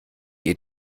ihr